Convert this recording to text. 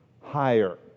higher